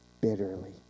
bitterly